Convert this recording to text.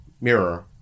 mirror